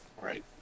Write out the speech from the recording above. Right